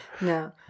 No